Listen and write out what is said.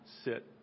sit